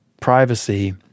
privacy